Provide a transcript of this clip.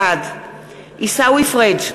בעד עיסאווי פריג'